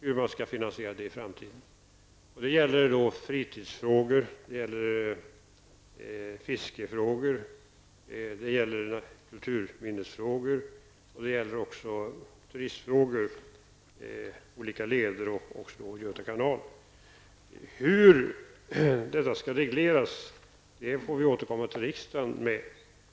Det är fråga om fritidsverksamhet, fiske, kulturminnen, turism av olika slag samt olika leder, och däribland Göta kanal. Hur detta skall regleras får regeringen återkomma till riksdagen med.